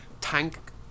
tank